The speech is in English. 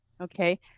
okay